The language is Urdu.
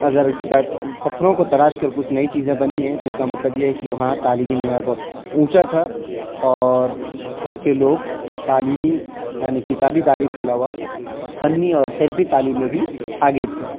اگر پتھروں کو تراش کر کچھ نئی چیزیں بنی ہیں تو اس کا مطلب یہ ہے کہ وہاں تعلیمی معیار بہت اونچا تھا اور وہاں کے لوگ تعلیمی یعنی کتابی تعلیم کے علاوہ فنی اور حرفی تعلیم میں بھی آگے تھے